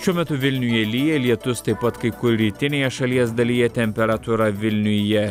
šiuo metu vilniuje lyja lietus taip pat kai kur rytinėje šalies dalyje temperatūra vilniuje